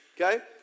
okay